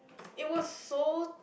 it was so